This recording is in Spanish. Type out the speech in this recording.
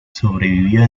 sobrevivió